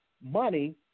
money